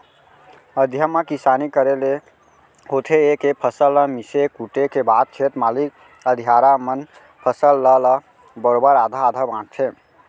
अधिया म किसानी करे ले होथे ए के फसल ल मिसे कूटे के बाद खेत मालिक अधियारा मन फसल ल ल बरोबर आधा आधा बांटथें